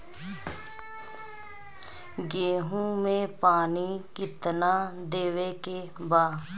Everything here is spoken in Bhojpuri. गेहूँ मे पानी कितनादेवे के बा?